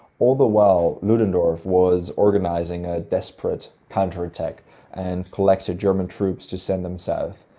all the while, ludendorff was organizing a desperate counter-attack and collected german troops to send them south.